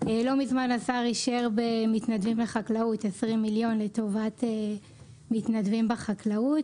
לא מזמן השר אישר 20 מיליון לטובת מתנדבים בחקלאות.